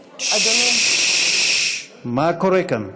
אדוני, ששש, מה קורה כאן?